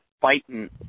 fighting